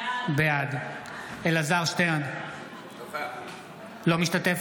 בעד אלעזר שטרן, אינו משתתף